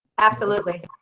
absolutely.